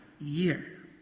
year